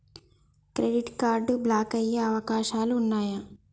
Credit card block అయ్యే అవకాశాలు ఉన్నయా?